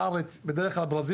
בנגב.